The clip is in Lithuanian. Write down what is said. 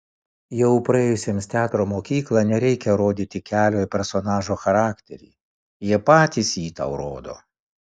jau praėjusiems teatro mokyklą nereikia rodyti kelio į personažo charakterį jie patys jį tau rodo